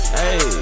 hey